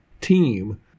team